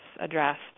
addressed